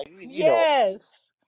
yes